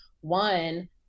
one